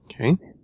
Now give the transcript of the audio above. Okay